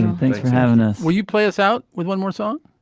thanks for having us. will you play us out with one more song.